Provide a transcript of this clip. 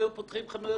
היו פותחים חנויות בשבת.